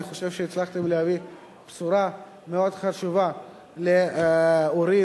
אני חושב שהצלחתם להביא בשורה מאוד חשובה להורים